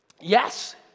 yes